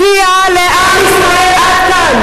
רעים, בדיבורים שאנחנו אומרים.